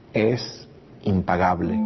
es impagable